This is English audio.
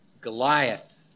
Goliath